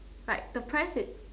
like the price it's